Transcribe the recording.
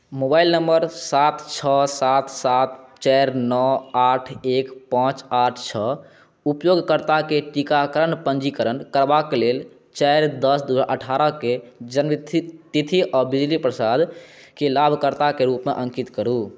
mobile number सात छओ सात सात चारि नओ आठ एक पाँच आठ छओ उपयोगकर्ताके टीकाकरण पञ्जीकरण करबाक लेल चारि दस दू हजार अठारहके जन्मतिथि आ बिजली प्रसादकेँ लाभकर्ताक रूपमेँ अङ्कित करू